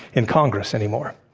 in congress anymore.